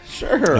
sure